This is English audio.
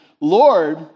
Lord